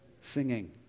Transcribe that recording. singing